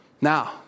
Now